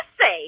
say